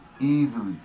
Easily